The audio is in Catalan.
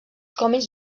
còmics